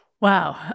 Wow